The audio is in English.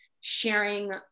sharing